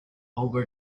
over